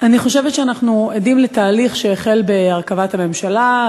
אני חושבת שאנחנו עדים לתהליך שהחל בהרכבת הממשלה,